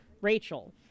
Rachel